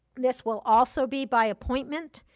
this will also be by appointment